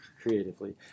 creatively